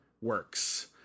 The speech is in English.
works